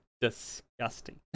disgusting